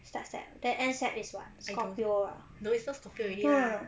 start sep then end sep is what scorpio ah hmm